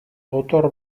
gotor